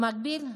במקביל,